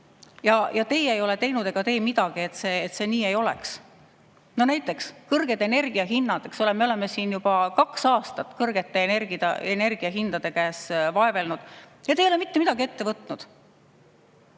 Ja teie ei ole teinud ega tee midagi, et see nii ei oleks. Näiteks kõrged energiahinnad, me oleme siin juba kaks aastat kõrgete energiahindade käes vaevelnud ja teie ei ole mitte midagi ette võtnud.